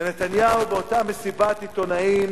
ונתניהו, באותה מסיבת עיתונאים,